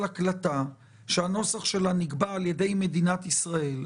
הקלטה שהנוסח שלה נקבע על ידי מדינת ישראל,